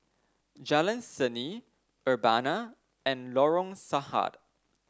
Jalan Seni Urbana and Lorong Sarhad